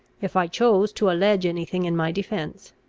if i chose to allege any thing in my defence.